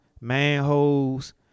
manholes